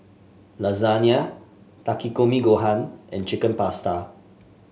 Lasagne Takikomi Gohan and Chicken Pasta